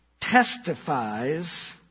testifies